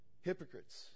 hypocrites